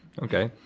okay,